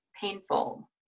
painful